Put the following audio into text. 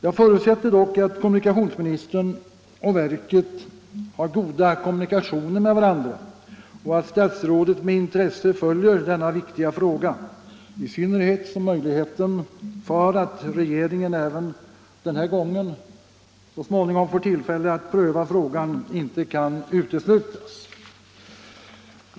Jag förutsätter dock att kommunikationsministern och verket har goda kommunikationer med varandra och att statsrådet med intresse följer denna viktiga fråga, i synnerhet som möjligheten att regeringen även denna gång så småningom får tillfälle att pröva frågan inte kan uteslutas.